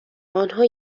آنها